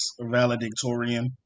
Valedictorian